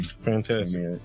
Fantastic